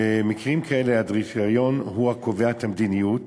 במקרים כאלה הדירקטוריון הוא הקובע את המדיניות